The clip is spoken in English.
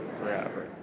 forever